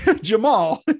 Jamal